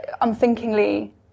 unthinkingly